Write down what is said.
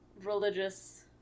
Religious